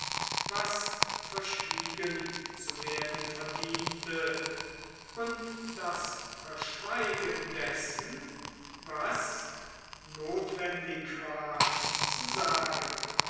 was verschwiegen zu werden verdiente und das verschweigen dessen was notwendig war zu sagen